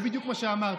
זה בדיוק מה שאמרתי.